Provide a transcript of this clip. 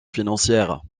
financière